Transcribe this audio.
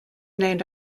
named